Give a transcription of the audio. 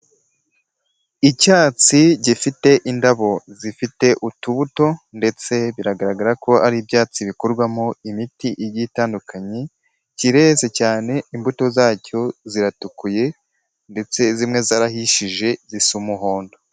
Icyatsi gifite indabo zifite utubuto ndetse biragaragara ko ari ibyatsi bikorwamo imiti igiye itandukanye, kireze cyane, imbuto zacyo ziratukuye ndetse zimwe zarahishije zisa umuhondo.